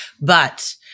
but-